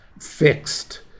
fixed